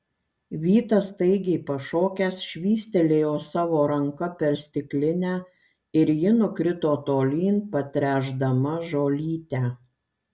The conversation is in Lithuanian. vytas staigiai pašokęs švystelėjo savo ranka per stiklinę ir ji nukrito tolyn patręšdama žolytę